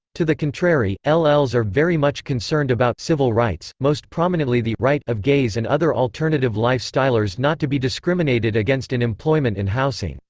to the contrary, lls are very much concerned about civil rights, most prominently the right of gays and other alternative life-stylers not to be discriminated against in employment and housing.